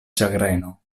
ĉagreno